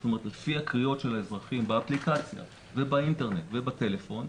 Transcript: זאת אומרת לפי הקריאות של אזרחים באפליקציה ובאינטרנט ובטלפון,